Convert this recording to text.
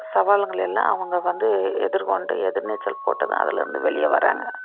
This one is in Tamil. சவால்ங்களை எல்லாம் அவங்க வந்து எதிர்கொண்டு எதிர்நீச்சல் போட்டு அதுலருந்து வெளியே வராங்க